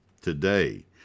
today